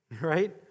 Right